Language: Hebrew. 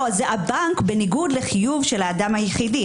זה הבנק בניגוד לחיוב של האדם היחיד.